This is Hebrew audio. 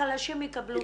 החלשים יקבלו פחות.